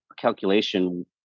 calculation